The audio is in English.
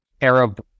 Arab